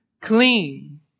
Clean